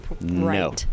No